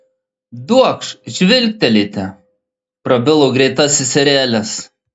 duokš žvilgtelėti prabilo greitasis erelis